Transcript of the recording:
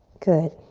good.